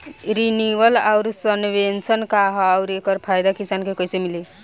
Renewable आउर subvention का ह आउर एकर फायदा किसान के कइसे मिली?